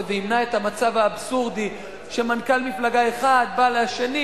וימנע את המצב האבסורדי שמנכ"ל מפלגה אחד בא לשני,